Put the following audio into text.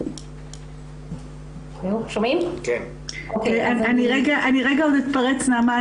אני רגע אתפרץ נעמה,